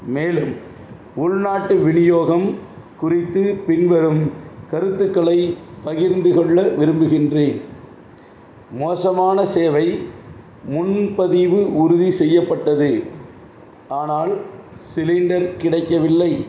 மேலும் உள்நாட்டு விநியோகம் குறித்து பின்வரும் கருத்துக்களைப் பகிர்ந்து கொள்ள விரும்புகின்றேன் மோசமான சேவை முன்பதிவு உறுதி செய்யப்பட்டது ஆனால் சிலிண்டர் கிடைக்கவில்லை